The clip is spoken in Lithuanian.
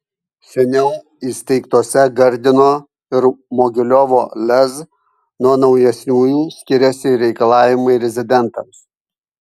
seniau įsteigtose gardino ir mogiliovo lez nuo naujesniųjų skiriasi ir reikalavimai rezidentams